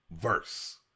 verse